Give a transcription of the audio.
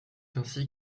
ainsi